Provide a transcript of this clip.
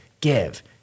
give